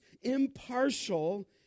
impartial